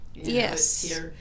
Yes